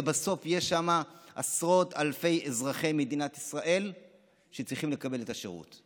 ובסוף יש שם עשרות אלפי אזרחי מדינת ישראל שצריכים לקבל את השירות.